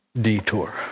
detour